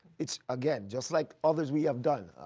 it's again just like others we have done.